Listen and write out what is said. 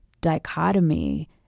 dichotomy